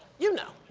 you know?